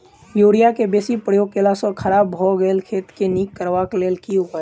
Urea केँ बेसी प्रयोग केला सऽ खराब भऽ गेल खेत केँ नीक करबाक लेल की उपाय?